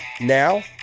Now